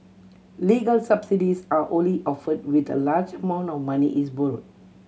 legal subsidies are only offered when a large amount of money is borrowed